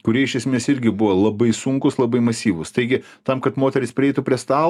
kurie iš esmės irgi buvo labai sunkūs labai masyvūs taigi tam kad moterys prieitų prie stalo